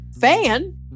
fan